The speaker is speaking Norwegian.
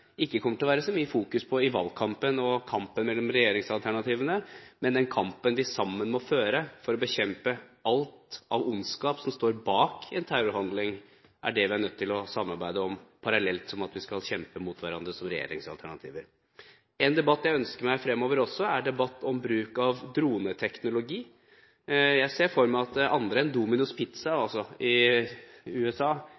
ikke kommer til å være så mye fokus på i valgkampen som kampen mellom regjeringsalternativene. Men den kampen vi sammen må føre for å bekjempe alt av ondskap som står bak en terrorhandling, er det vi er nødt til å samarbeide om, parallelt med at vi skal kjempe mot hverandre som regjeringsalternativer. En debatt jeg ønsker meg fremover også, er debatt om bruk av droneteknologi. Jeg ser for meg at andre enn